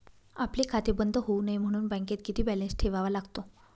आपले खाते बंद होऊ नये म्हणून बँकेत किती बॅलन्स ठेवावा लागतो?